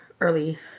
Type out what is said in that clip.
early